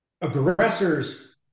aggressors